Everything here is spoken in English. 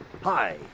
Hi